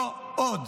לא עוד.